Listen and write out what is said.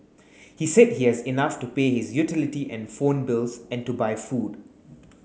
he said he has enough to pay his utility and phone bills and to buy food